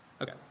Okay